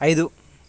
ఐదు